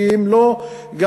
כי הם לא מוכנים,